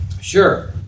Sure